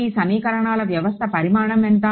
ఈ సమీకరణాల వ్యవస్థ పరిమాణం ఎంత